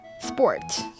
Sport